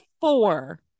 four